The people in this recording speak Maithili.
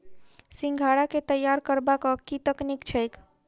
सिंघाड़ा केँ तैयार करबाक की तकनीक छैक?